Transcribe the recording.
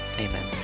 Amen